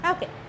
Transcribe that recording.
Okay